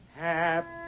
Happy